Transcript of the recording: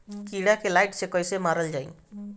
कीड़ा के लाइट से कैसे मारल जाई?